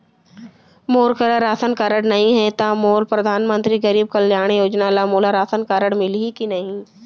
मोर करा ration card नहीं है त का मोल परधानमंतरी गरीब कल्याण योजना ल मोला राशन मिलही कि नहीं?